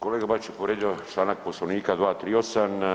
Kolega Bačić je povrijedio članak Poslovnika 238.